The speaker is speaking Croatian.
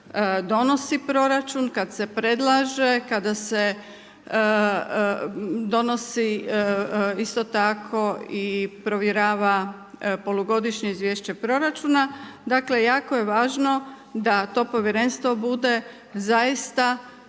odnosi proračun, kad se predlaže, kada se donosi isto tako i provjerava polugodišnje izvješće proračuna, dakle jako je važno da to povjerenstvo bude zaista